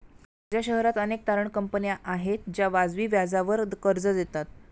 माझ्या शहरात अनेक तारण कंपन्या आहेत ज्या वाजवी व्याजावर कर्ज देतात